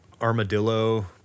Armadillo